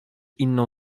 inną